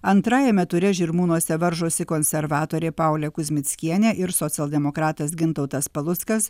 antrajame ture žirmūnuose varžosi konservatorė paulė kuzmickienė ir socialdemokratas gintautas paluckas